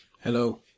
Hello